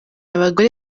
abagore